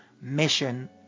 mission